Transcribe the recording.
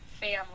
family